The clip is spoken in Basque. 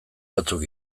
batzuk